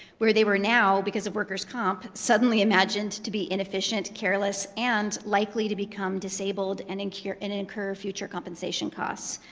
where they were now, because of workers' comp, suddenly imagined to be inefficient, careless, and likely to become disabled and incur and and incur future compensation costs.